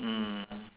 mm